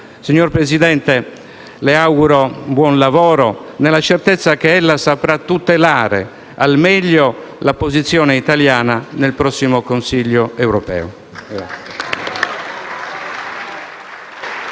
Signor Presidente del Consiglio, le auguro un buon lavoro nella certezza che ella saprà tutelare al meglio la posizione italiana nel prossimo Consiglio europeo.